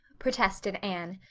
protested anne.